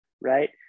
right